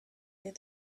did